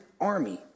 army